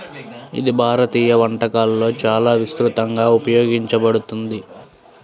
ఇది భారతీయ వంటకాలలో చాలా విస్తృతంగా ఉపయోగించబడుతుంది